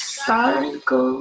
cycle